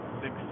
six